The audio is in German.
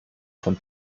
von